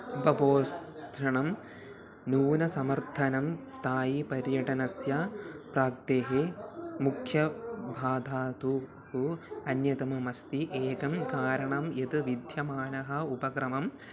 उपभोक्तृणां नूनं समर्थनं स्थायिपर्यटनस्य प्राक्तेः मुख्यबाधा तु तु अन्यतममस्ति एकं कारणं यद् विद्यमानम् उपक्रमम्